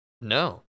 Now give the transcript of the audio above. No